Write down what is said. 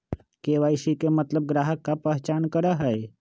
KYC के मतलब ग्राहक का पहचान करहई?